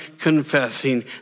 confessing